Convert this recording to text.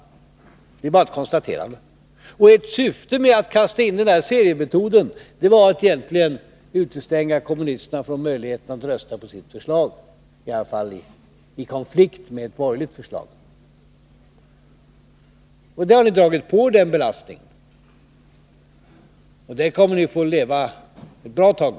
Det är bara ett konstaterande. Syftet med att kasta in seriemetoden var egentligen att utestänga kommunisterna från möjligheten att rösta på sitt förslag, i varje fall i konflikt med ett borgerligt förslag. Den belastningen har ni dragit på er, och den kommer ni att få leva med ett bra tag.